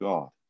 God